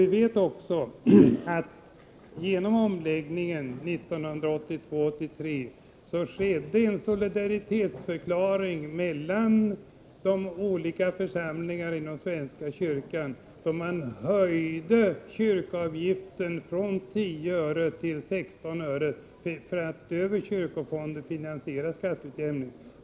Vi vet också att omläggningen 1982/83 innebar en solidaritetsförklaring när det gäller de olika församlingarna inom svenska kyrkan, då man höjde kyrkoavgiften från 10 öre till 16 öre för att över kyrkofonden finansiera skatteutjämningen.